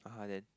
(uh huh) then